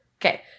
Okay